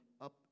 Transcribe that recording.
up